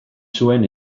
zuen